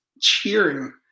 cheering